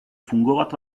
fungovat